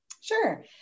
Sure